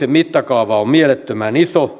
mittakaava on mielettömän iso